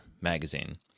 magazine